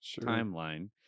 timeline